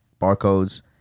barcodes